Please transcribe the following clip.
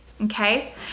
Okay